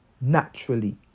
naturally